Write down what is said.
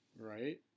Right